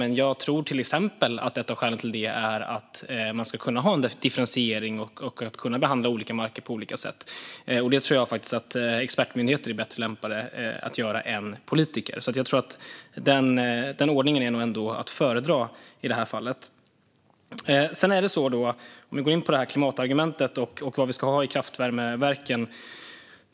Men jag tror att ett av skälen till det är att man ska kunna ha en differentiering och kunna behandla olika marker på olika sätt. Det tror jag faktiskt att expertmyndigheter är bättre lämpade att göra än politiker. Jag tror att den ordningen nog ändå är att föredra i det här fallet. Jag går över till klimatargumentet och vad vi ska ha i kraftvärmeverken.